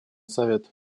совет